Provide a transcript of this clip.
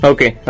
Okay